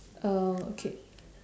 uh okay